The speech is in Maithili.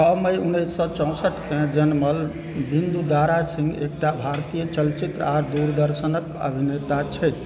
छओ मई उन्नैस सए चौसठिकँ जनमल विन्दु दारा सिँह एकटा भारतीय चलचित्र आ दूरर्शन अभिनेता छथि